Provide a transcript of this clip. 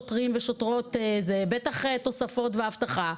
בטח תוספות ואבטחה,